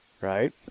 Right